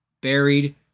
buried